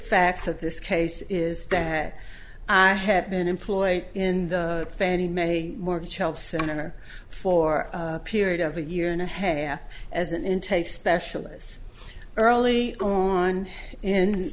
facts of this case is that i had been employed in the fannie mae mortgage help center for a period of a year and a half as an intake specialise early on